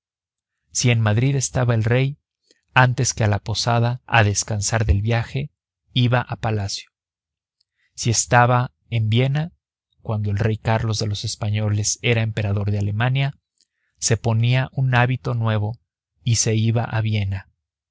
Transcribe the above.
si en madrid estaba el rey antes que a la posada a descansar del viaje iba al palacio si estaba en viena cuando el rey carlos de los españoles era emperador de alemania se ponía un hábito nuevo y se iba a viena si